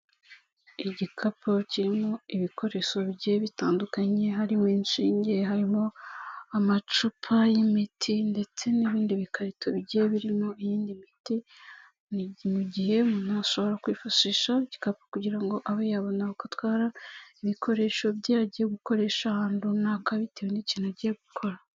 Igikapu kirimo ibikoresho bigiye bitandukanye, harimo inshinge, harimo amacupa y'imiti ndetse n'ibindi bikarito bigiye birimo iyindi miti, ni mu gihe umuntu ashobora kwifashisha igikapu kugira ngo abe yabona uko atwara ibikoresho bye agiye gukoresha ahantu runaka bitewe n'ikintu agiye gukora.